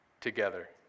together